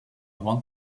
want